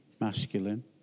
masculine